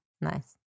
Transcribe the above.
Nice